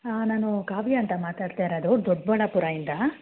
ಹಾಂ ನಾನು ಕಾವ್ಯಾ ಅಂತ ಮಾತಾಡ್ತಾಯಿರೋದು ದೊಡ್ಡಬಳ್ಳಾಪುರದಿಂದ